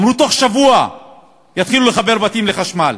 אמרו: תוך שבוע יתחילו לחבר בתים לחשמל.